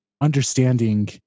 understanding